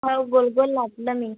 हो गोल गोल लाटलं मी